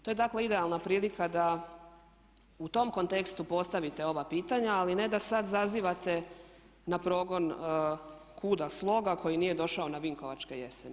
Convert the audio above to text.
To je dakle idealna prilika da u tom kontekstu postavite ova pitanja, ali ne da sad zazivate na progon KUD-a "Sloga" koji nije došao na Vinkovačke jeseni.